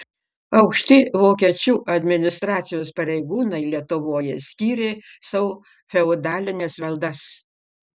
aukšti vokiečių administracijos pareigūnai lietuvoje skyrė sau feodalines valdas